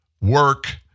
work